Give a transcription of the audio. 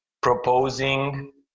proposing